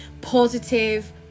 positive